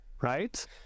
right